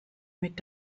mit